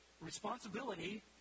responsibility